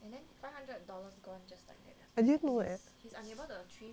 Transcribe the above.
I didn't know eh